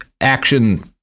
action